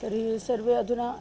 तर्हि सर्वे अधुना